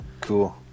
Cool